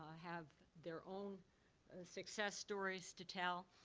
ah have their own success stories to tell.